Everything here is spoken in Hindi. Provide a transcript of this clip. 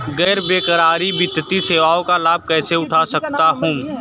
गैर बैंककारी वित्तीय सेवाओं का लाभ कैसे उठा सकता हूँ?